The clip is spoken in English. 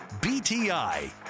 BTI